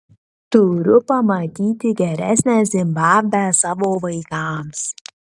turiu pamatyti geresnę zimbabvę savo vaikams